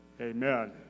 Amen